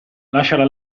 lasciala